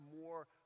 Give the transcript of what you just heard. more